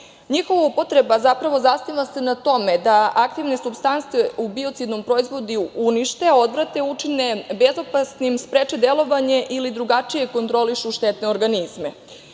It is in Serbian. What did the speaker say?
deluju. Njihova upotreba zapravo zasniva se na tome da aktivne supstance u biocidnom proizvodu unište, odvrate, učine bezopasnim, spreče delovanje ili drugačije kontrolišu štetne organizme.